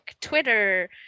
Twitter